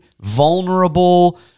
vulnerable